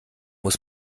muss